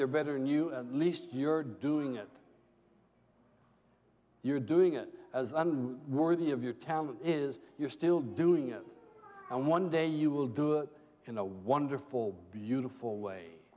they're better than you at least you're doing it you're doing it as worthy of your talent is you're still doing it and one day you will do it in a wonderful beautiful way